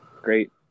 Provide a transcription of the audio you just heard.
great